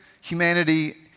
humanity